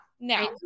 now